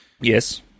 Yes